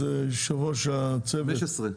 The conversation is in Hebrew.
חבר הכנסת דנינו,